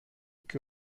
que